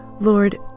Lord